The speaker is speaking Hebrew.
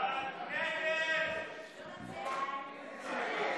ההצעה להעביר את הצעת חוק-יסוד: